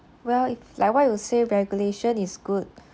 well it like what you would say regulation is good